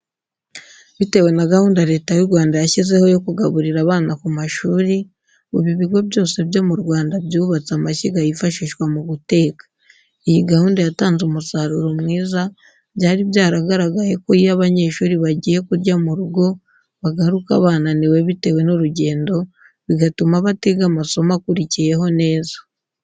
Bitewe na gahunda Leta y'u Rwanda yashyizeho yo kugaburira abana ku mashuri, ubu ibigo byose byo mu Rwanda byubatse amashyiga yifashishwa mu guteka. Iyi gahunda yatanze umusaruro mwiza, byari byaragaragaye ko iyo abanyeshuri bagiye kurya mu rugo bagaruka bananiwe bitewe n'urugendo bigatuma batiga amasomo akurikiyeho neza.